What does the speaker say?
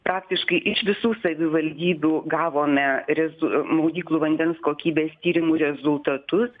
praktiškai iš visų savivaldybių gavome rezu maudyklų vandens kokybės tyrimų rezultatus